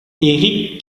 erich